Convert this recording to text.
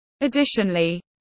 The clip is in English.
Additionally